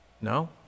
No